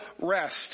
rest